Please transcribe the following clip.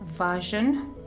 version